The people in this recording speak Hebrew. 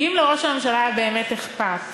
כי אם לראש הממשלה היה באמת אכפת,